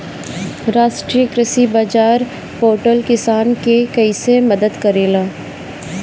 राष्ट्रीय कृषि बाजार पोर्टल किसान के कइसे मदद करेला?